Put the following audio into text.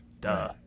Duh